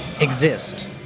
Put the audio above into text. exist